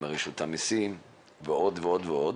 עם רשות המסים ועוד ועוד,